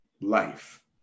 life